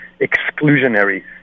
exclusionary